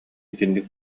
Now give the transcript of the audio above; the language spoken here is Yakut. итинник